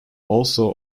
also